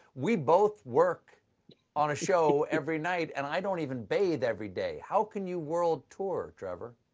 we both work on a show every night, and i don't even bathe every day. how can you world tour, trevor?